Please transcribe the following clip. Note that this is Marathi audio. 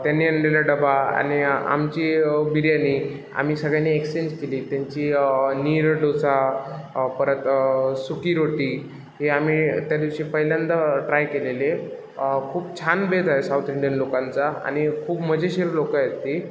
त्यांनी आणलेला डबा आणि आमची बिर्याणी आम्ही सगळ्यांनी एक्स्चेंज केली त्यांची नीर डोसा परत सुकी रोटी हे आम्ही त्या दिवशी पहिल्यांदा ट्राय केलेले खूप छान बेत आहे साऊथ इंडियन लोकांचा आणि खूप मजेशीर लोक आहेत ती